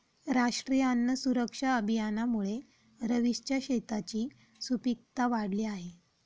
राष्ट्रीय अन्न सुरक्षा अभियानामुळे रवीशच्या शेताची सुपीकता वाढली आहे